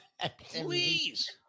Please